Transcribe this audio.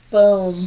Boom